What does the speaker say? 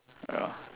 ya